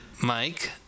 Mike